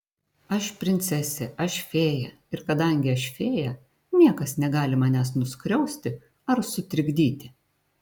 aš princesė aš fėja ir kadangi aš fėja niekas negali manęs nuskriausti ar sutrikdyti